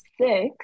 six